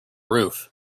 roof